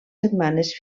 setmanes